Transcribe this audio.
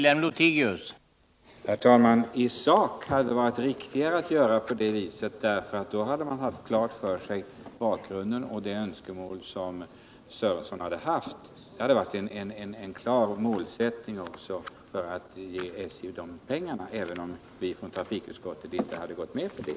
Herr talman! I sak hade det varit riktigare att göra som jag sade; då hade vi fått klart för oss bakgrunden och vilket önskemål Lars-Ingvar Sörenson hade. Då hade man klart angivit målsättningen att ge SJ dessa pengar, även om vi i trafikutskottet inte hade gått med på det.